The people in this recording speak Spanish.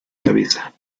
cabeza